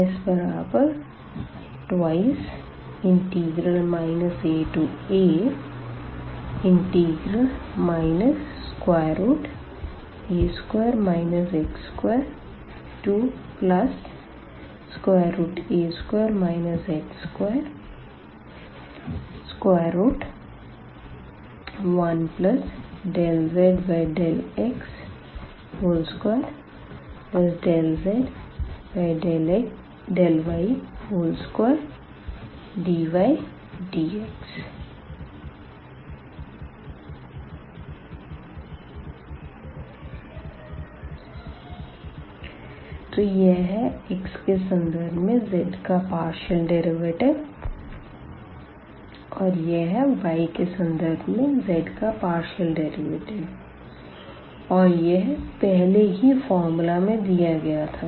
S2 aa a2 x2a2 x21∂z∂x2∂z∂x2dydx तो यह है x के संदर्भ में z का पार्शियल डेरिवेटिव और यह है y के संदर्भ में z का पार्शियल डेरिवेटिव और यह पहले ही फ़ॉर्मूला दिया गया था